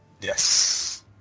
yes